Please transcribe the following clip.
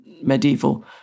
medieval